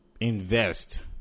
invest